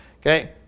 Okay